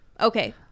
Okay